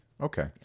Okay